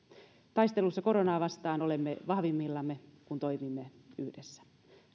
taistelussa koronaa vastaan olemme vahvimmillamme kun toimimme yhdessä